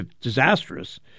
disastrous